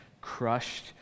crushed